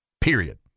period